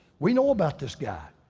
we know about this guy.